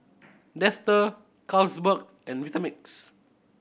Dester Carlsberg and Vitamix